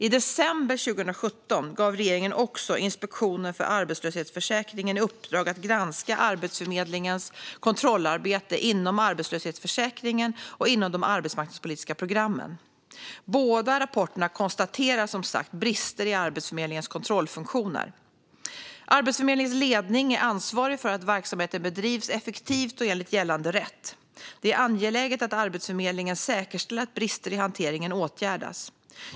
I december 2017 gav regeringen också Inspektionen för arbetslöshetsförsäkringen i uppdrag att granska Arbetsförmedlingens kontrollarbete inom arbetslöshetsförsäkringen och inom de arbetsmarknadspolitiska programmen. Båda rapporterna konstaterar som sagt brister i Arbetsförmedlingens kontrollfunktioner. Arbetsförmedlingens ledning är ansvarig för att verksamheten bedrivs effektivt och enligt gällande rätt. Det är angeläget att Arbetsförmedlingen säkerställer att brister i hanteringen åtgärdas.